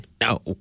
No